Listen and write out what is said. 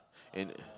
and